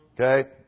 Okay